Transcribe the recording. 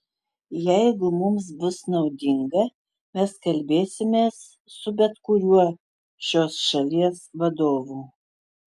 jeigu mums bus naudinga mes kalbėsimės su bet kuriuo šios šalies vadovu